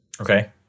Okay